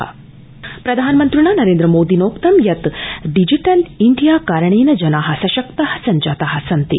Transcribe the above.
प्रधानमन्त्री प्रधानमन्त्रिणा नरेन्द्रमोदिनोक्तं यत् डिजिटल इंडिया कारणेन जना सशक्ता सब्जाता सन्ति